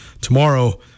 tomorrow